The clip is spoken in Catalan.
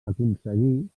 aconseguí